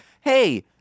hey